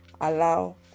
Allow